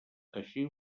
així